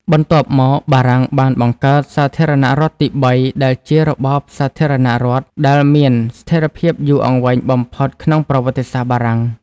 បន្ទាប់មក បារាំងបានបង្កើត សាធារណរដ្ឋទីបី ដែលជារបបសាធារណរដ្ឋដែលមានស្ថិរភាពយូរអង្វែងបំផុតក្នុងប្រវត្តិសាស្ត្របារាំង។